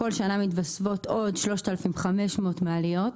בכל שנה מתווספות עוד 3,500 מעליות,